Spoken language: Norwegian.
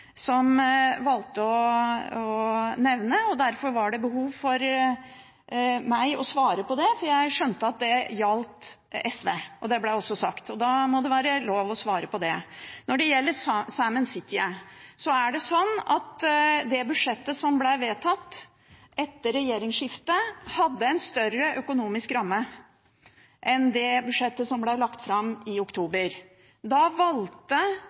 som valgte å nevne dem, og derfor hadde jeg behov for å svare på det, for jeg skjønte at det gjaldt SV. Det ble også sagt, og da må det være lov å svare på det. Når det gjelder Saemien Sijte, hadde budsjettet som ble vedtatt etter regjeringsskiftet, en større økonomisk ramme enn det budsjettet som ble lagt fram i oktober. Da valgte